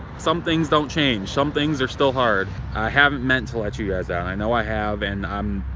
some things don't change. some things are still hard. i haven't meant to let you guys down, i know i have. and